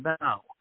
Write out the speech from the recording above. now